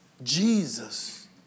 Jesus